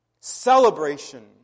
Celebration